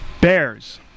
Bears